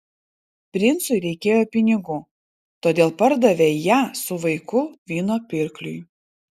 princui reikėjo pinigų todėl pardavė ją su vaiku vyno pirkliui